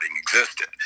existed